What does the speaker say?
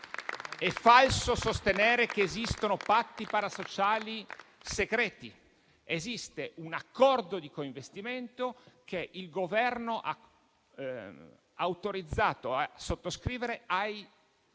È falso sostenere che esistano patti parasociali segreti; esiste un accordo di coinvestimento che il Governo ha autorizzato i commissari